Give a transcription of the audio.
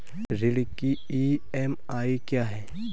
ऋण की ई.एम.आई क्या है?